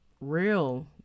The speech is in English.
real